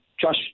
Josh